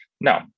No